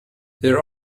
there